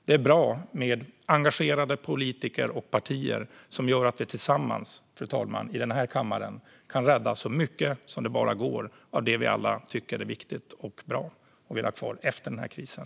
Det är bra med engagerade politiker och partier som gör att vi tillsammans i den här kammaren kan rädda så mycket som det bara går av det vi alla tycker är viktigt och bra och vill ha kvar efter den här krisen.